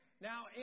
Now